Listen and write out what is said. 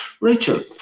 Rachel